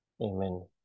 Amen